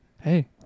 Hey